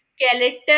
skeleton